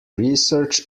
research